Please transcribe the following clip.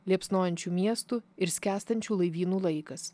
liepsnojančių miestų ir skęstančių laivynų laikas